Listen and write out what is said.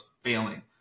failing